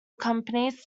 companies